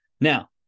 Now